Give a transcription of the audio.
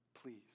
Please